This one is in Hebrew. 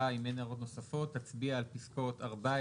שהוועדה אם אין הערות נוספות תצביע על פסקאות 14